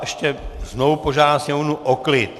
Ještě znovu požádám sněmovnu o klid.